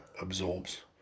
absorbs